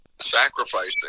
sacrificing